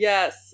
Yes